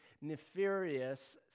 nefarious